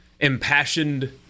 impassioned